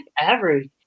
average